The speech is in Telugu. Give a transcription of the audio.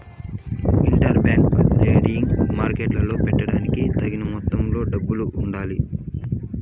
ఇంటర్ బ్యాంక్ లెండింగ్ మార్కెట్టులో పెట్టేకి తగిన మొత్తంలో డబ్బులు ఉండాలి